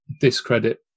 discredit